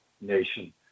nation